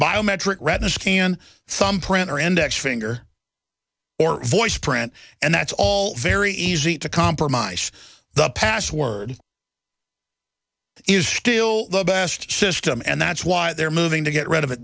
biometric retina scan some printer index finger or voice print and that's all very easy to compromise the password is still the best system and that's why they're moving to get rid of it